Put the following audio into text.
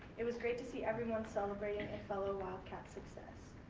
it was great to see everyone celebrated a fellow wildcat's success.